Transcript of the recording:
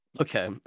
Okay